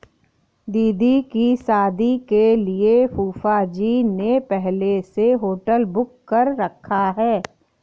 दीदी की शादी के लिए फूफाजी ने पहले से होटल बुक कर रखा है